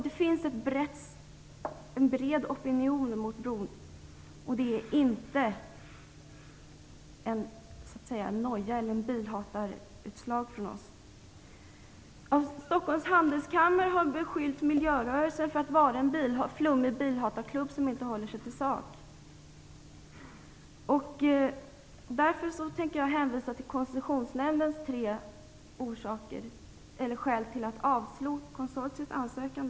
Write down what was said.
Det finns en bred opinion mot bron, och det är inte ett utslag av noja eller av bilhat från vår sida. Stockholms Handelskammare har beskyllt miljörörelsen för att vara en flummig bilhatarklubb som inte håller sig till sak. Därför vill jag här hänvisa till Koncessionsnämndens tre skäl för att avslå konsortiets ansökan.